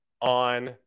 on